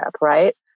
right